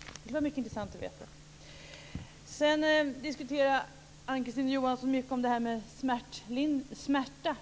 Det skulle vara mycket intressant att veta. Sedan diskuterar Ann-Kristine Johansson mycket om detta med smärta.